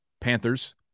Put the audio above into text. Panthers